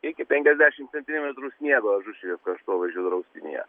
iki penkiasdešim centimetrų sniego ažušilio kraštovaizdžio draustinyje